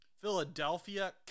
Philadelphia